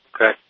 Okay